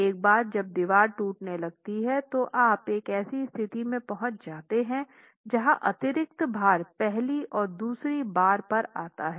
एक बार जब दीवार टूटने लगती है तो आप एक ऐसी स्थिति में पहुंच जाते हैं जहां अतिरिक्त भार पहली और दूसरी बार पर आता हैं